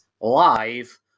live